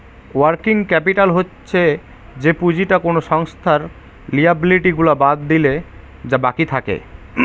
working capital হচ্ছে যে পুঁজিটা কোনো সংস্থার লিয়াবিলিটি গুলা বাদ দিলে যা বাকি থাকে